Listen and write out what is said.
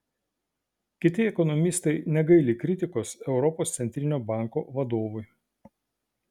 kiti ekonomistai negaili kritikos europos centrinio banko vadovui